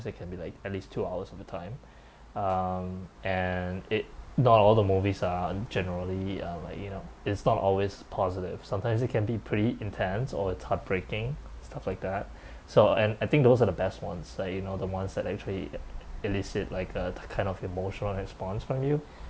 they can be like at least two hours of the time um and it the all the movies are generally are like you know it's not always positive sometimes it can be pretty intense or it's heartbreaking stuff like that so and I think those are the best ones like you know the ones that actually i~ illicit like a the kind of emotional response from you